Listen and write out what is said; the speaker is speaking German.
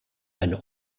eine